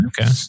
okay